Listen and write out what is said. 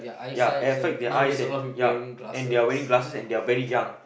ya affect their eyes and ya they are wearing glasses and they are very young